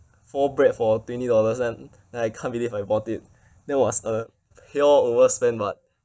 four bread for twenty dollars and then I can't believe I bought it that was a pure overspend mo~